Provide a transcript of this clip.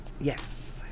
Yes